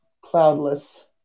cloudless